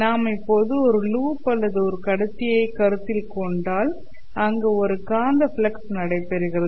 நாம் இப்போது ஒரு லூப் அல்லது ஒரு கடத்தியைக் கருத்தில் கொண்டால் அங்கு ஒரு காந்தப் ஃப்ளக்ஸ் நடைபெறுகிறது